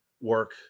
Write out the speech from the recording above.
work